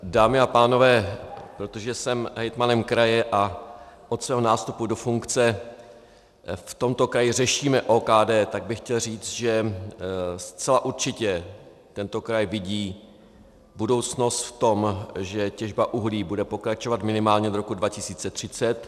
Dámy a pánové, protože jsem hejtmanem kraje a od svého nástupu do funkce v tomto kraji řešíme OKD, tak bych chtěl říct, že zcela určitě tento kraj vidí budoucnost v tom, že těžba uhlí bude pokračovat minimálně do roku 2030.